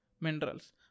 Minerals